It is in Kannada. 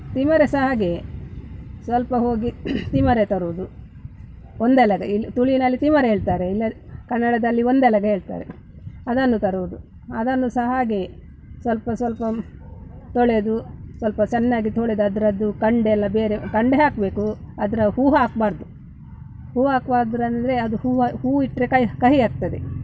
ತಿಮರೆ ಸಹ ಹಾಗೆಯೇ ಸ್ವಲ್ಪ ಹೋಗಿ ತಿಮರೆ ತರೋದು ಒಂದೆಲಗ ಇಲ್ಲಿ ತುಳುವಿನಲ್ಲಿ ತಿಮರೆ ಹೇಳ್ತಾರೆ ಇಲ್ಲ ಕನ್ನಡದಲ್ಲಿ ಒಂದೆಲಗ ಹೇಳ್ತಾರೆ ಅದನ್ನು ತರುವುದು ಅದನ್ನು ಸಹ ಹಾಗೆಯೇ ಸ್ವಲ್ಪ ಸ್ವಲ್ಪ ತೊಳೆದು ಸ್ವಲ್ಪ ಚೆನ್ನಾಗಿ ತೊಳೆದು ಅದರದ್ದು ಕಂಡೆ ಎಲ್ಲ ಬೇರೆ ಕಂಡೆ ಹಾಕಬೇಕು ಅದರ ಹೂವು ಹಾಕಬಾರ್ದು ಹೂವು ಹಾಕಬಾರ್ದಂದ್ರೆ ಅದು ಹೂವು ಹೂವು ಇಟ್ಟರೆ ಕಹಿ ಕಹಿ ಆಗ್ತದೆ